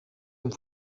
amb